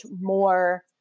more